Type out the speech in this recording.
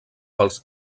pels